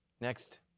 Next